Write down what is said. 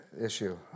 issue